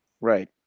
Right